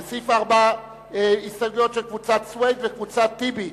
לסעיף 4 יש הסתייגות של קבוצת סוייד וקבוצת טיבי.